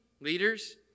leaders